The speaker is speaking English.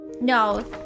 No